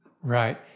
Right